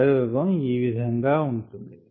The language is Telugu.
ప్రయోగం ఈ విధంగా ఉంటుంది